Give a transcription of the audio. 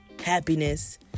happiness